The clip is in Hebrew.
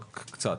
רק קצת.